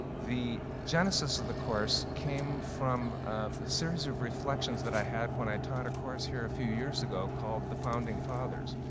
the genesis of the course came from the series of reflections that i had when i taught a course here a few years ago called the founding fathers.